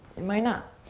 it might not.